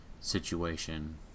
situation